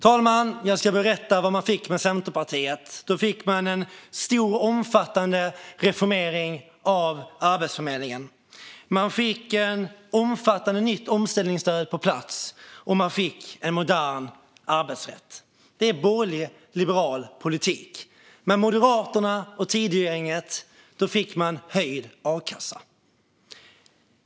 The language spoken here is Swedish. Herr talman! Jag ska berätta vad man fick med Centerpartiet. Då fick man en stor och omfattande reformering av Arbetsförmedlingen. Man fick ett omfattande nytt omställningsstöd på plats, och man fick en modern arbetsrätt. Det är borgerlig liberal politik. Med Moderaterna och Tidögänget fick man höjd a-kassa.